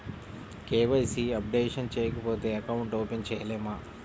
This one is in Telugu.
కే.వై.సి అప్డేషన్ చేయకపోతే అకౌంట్ ఓపెన్ చేయలేమా?